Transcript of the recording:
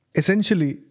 essentially